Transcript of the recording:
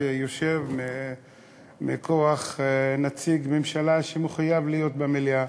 שיושב כנציג הממשלה שמחויב להיות במליאה.